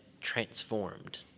transformed